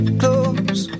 close